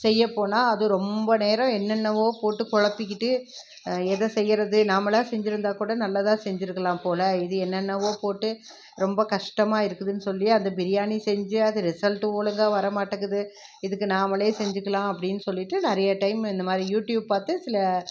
செய்ய போனால் அது ரொம்ப நேரம் என்னென்னவோ போட்டு குழப்பிக்கிட்டு எதை செய்கிறது நாமளாக செஞ்சுருந்தாக்கூட நல்லதாக செஞ்சுருக்கலாம் போல் இது என்னென்னவோ போட்டு ரொம்ப கஷ்டமாக இருக்குதுன்னு சொல்லி அந்த பிரியாணி செஞ்சு அது ரிசல்ட்டு ஒழுங்காக வரமாட்டேங்குது இதுக்கு நாமளே செஞ்சுக்கலாம் அப்படின்னு சொல்லிகிட்டு நிறையா டையமும் இந்த மாதிரி யூடியூப் பார்த்து சில